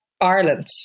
Ireland